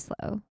slow